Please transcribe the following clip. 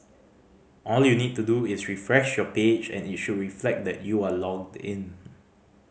all you need to do is refresh your page and it should reflect that you are logged in